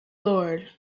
lord